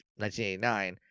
1989